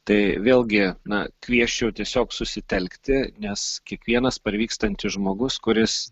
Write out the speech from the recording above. tai vėlgi na kviesčiau tiesiog susitelkti nes kiekvienas parvykstantis žmogus kuris